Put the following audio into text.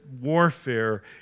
warfare